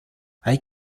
hay